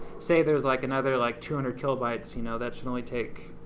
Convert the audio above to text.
say there's like another like two hundred kilobytes you know that should only take,